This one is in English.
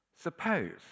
Suppose